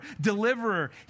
deliverer